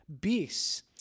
beasts